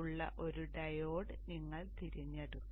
ഉള്ള ഒരു ഡയോഡ് നിങ്ങൾ തിരഞ്ഞെടുക്കണം